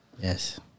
Yes